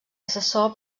assessor